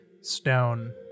stone